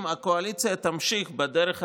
אם הקואליציה תמשיך בדרך הזאת,